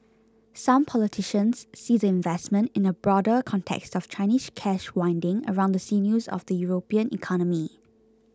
some politicians see the investment in a broader context of Chinese cash winding around the sinews of the European economy